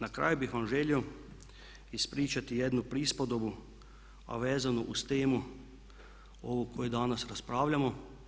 Na kraju bih vam želio ispričati jednu prispodobu a vezano uz temu ovu koju danas raspravljamo.